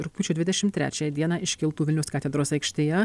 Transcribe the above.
rugpjūčio dvidešim trečiąją dieną iškiltų vilniaus katedros aikštėje